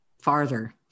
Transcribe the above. farther